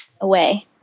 away